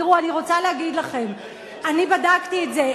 תראו, אני רוצה להגיד לכם, אני בדקתי את זה.